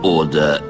Order